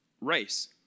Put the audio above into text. race